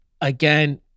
again